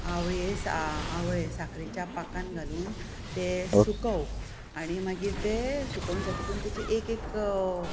आवळे साकरेच्या पाकांत घालून ते सुकोवप आनी मागीर ते सुकोवन जातकून ताची एक एक